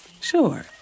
Sure